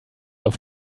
auf